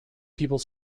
people